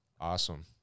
awesome